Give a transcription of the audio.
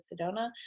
Sedona